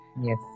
Yes